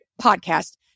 podcast